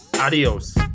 adios